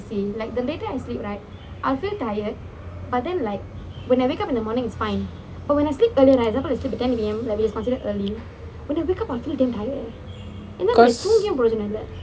because